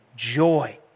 joy